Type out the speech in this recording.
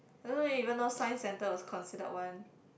I don't know eh even though science centre was considered one